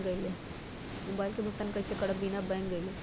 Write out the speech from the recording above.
Mobile के भुगतान कईसे कर सकब बिना बैंक गईले?